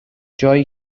جایی